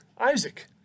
Isaac